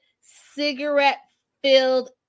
cigarette-filled